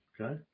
Okay